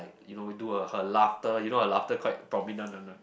like you know do a her laughter you know her laughter quite prominent one right